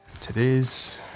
today's